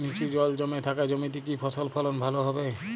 নিচু জল জমে থাকা জমিতে কি ফসল ফলন ভালো হবে?